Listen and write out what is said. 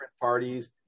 parties